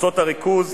קבוצות הריכוז,